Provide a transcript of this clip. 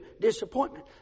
disappointment